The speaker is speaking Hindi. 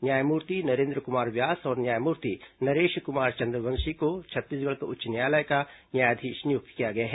न्यायमूर्ति नरेन्द्र कुमार व्यास और न्यायमूर्ति नरेश कुमार चंद्रवंशी को छत्तीसगढ़ उच्च न्यायालय का न्यायाधीश नियुक्त किया गया है